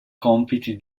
compiti